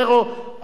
אבל אתם מבינים,